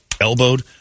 elbowed